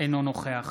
אינו נוכח